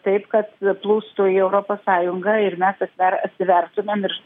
taip kad a plūstų į europos sąjungą ir mes atsi atsiverstumėm ir